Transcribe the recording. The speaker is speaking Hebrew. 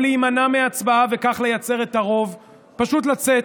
או להימנע מהצבעה וכך לייצר את הרוב, פשוט לצאת,